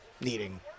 needing